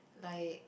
like